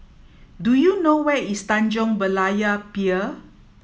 do you know where is Tanjong Berlayer Pier